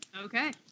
Okay